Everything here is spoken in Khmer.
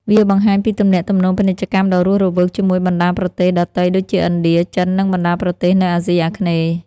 វាបង្ហាញពីទំនាក់ទំនងពាណិជ្ជកម្មដ៏រស់រវើកជាមួយបណ្តាប្រទេសដទៃដូចជាឥណ្ឌា ចិន និងបណ្តាប្រទេសនៅអាស៊ីអាគ្នេយ៍។